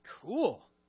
cool